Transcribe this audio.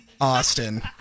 Austin